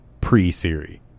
pre-Siri